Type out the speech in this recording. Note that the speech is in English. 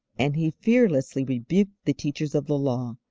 and he fearlessly rebuked the teachers of the law,